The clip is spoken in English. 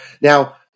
now